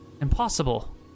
Impossible